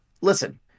listen